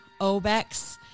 Obex